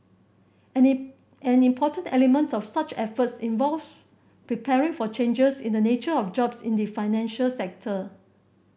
an in an important element of such efforts involves preparing for changes in the nature of jobs in the financial sector